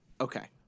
Okay